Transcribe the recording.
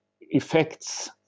effects